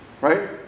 right